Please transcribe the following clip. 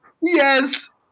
Yes